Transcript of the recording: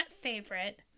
favorite